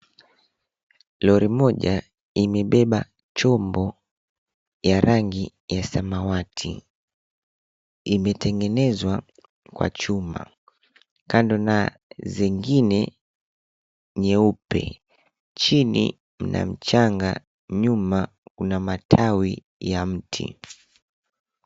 Lori moja imebeba chombo ya rangi ya samawati. Imetengenezwa kwa chuma, kando na zingine nyeupe. Chini mna mchanga, nyuma kuna matawi ya mti.